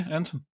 Anton